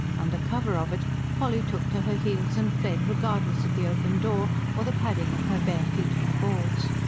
under cover of it polly took to her heels and fled, regardless of the open door, or the padding of her bare feet on the boards.